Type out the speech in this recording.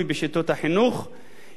יישום תוכנית מקיפה,